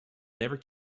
never